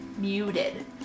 muted